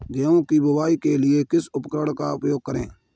गेहूँ की बुवाई के लिए किस उपकरण का उपयोग करें?